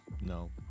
no